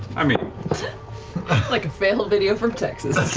i mean like a fail video from texas.